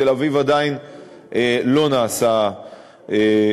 בתל-אביב עדיין לא נעשה מספיק,